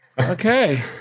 Okay